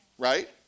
right